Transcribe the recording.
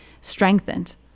strengthened